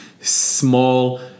small